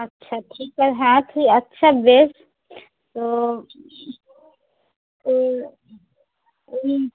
আচ্ছা ঠিক আছে হ্যাঁ কি আচ্ছা বেশ তো ও ওই